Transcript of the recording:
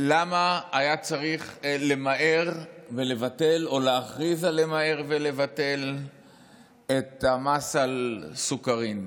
למה היה צריך למהר ולבטל או להכריז על למהר ולבטל את המס על סוכרים.